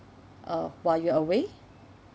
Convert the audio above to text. uh while you're away